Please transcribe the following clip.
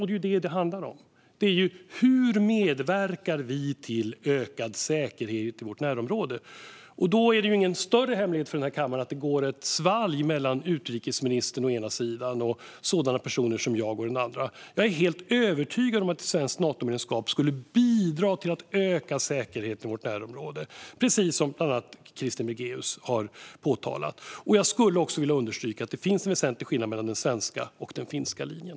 Det är detta det handlar om: Hur medverkar vi till ökad säkerhet i vårt närområde? Det är ingen större hemlighet för denna kammare att det går ett svalg mellan utrikesministern å ena sidan och personer som jag å den andra. Jag är helt övertygad om att ett svenskt Natomedlemskap skulle bidra till att öka säkerheten i vårt närområde, precis som bland andra Krister Bringéus har påpekat. Jag skulle också vilja understryka att det finns en väsentlig skillnad mellan den svenska och den finska linjen.